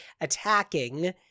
attacking